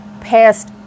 past